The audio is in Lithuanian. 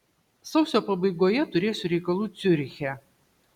sausio pabaigoje turėsiu reikalų ciuriche